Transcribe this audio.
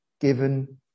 given